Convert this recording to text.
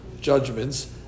judgments